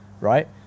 right